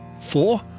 Four